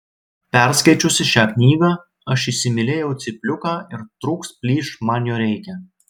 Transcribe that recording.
perskaičiusi šią knygą aš įsimylėjau cypliuką ir trūks plyš man jo reikia